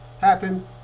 happen